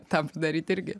tą daryt irgi